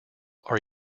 are